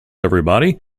everybody